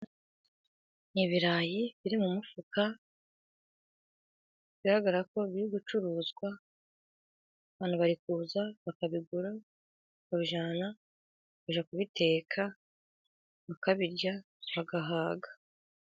Ibirayi biri mu mufuka bigaragara ko biri gucuruzwa. Abantu bari kuza bakabigura, bakabijyana bakajya kubiteka bakabirya bagahaga.